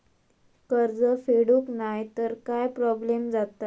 कर्ज फेडूक नाय तर काय प्रोब्लेम जाता?